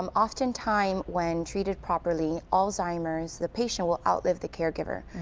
um often time when treated properly, alzheimer's, the patient will outlive the caregiver,